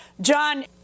John